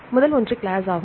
முதல் ஒன்று கிளாஸ் ஆகும்